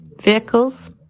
vehicles